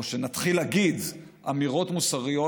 או שנתחיל להגיד אמירות מוסריות.